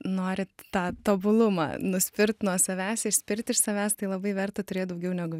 norit tą tobulumą nuspirt nuo savęs išspirt iš savęs tai labai verta turėt daugiau negu